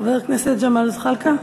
חבר הכנסת ג'מאל זחאלקה.